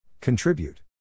Contribute